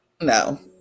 No